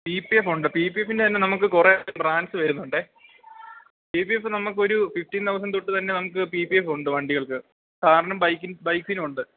PPF ഉണ്ട് പിപിഎഫി്റെ തന്നെ നമുക്ക് കൊറേ ട്രാൻസ്ർ വെരുന്നുണ്ടേ പിപിഎഫ് നമുൊരു ഫിഫ്റ്റീൻ തൗസൻഡ് തൊട്ട് തന്നെ നമുക്ക് പിപിഎഫ് ഉണ്ട് വണ്ടികൾക്ക് കാരണം ബൈക്കി ബൈക്കിനും ഉണ്ട്